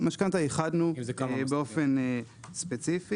נכון, משכנתא ייחדנו באופן ספציפי.